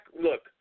Look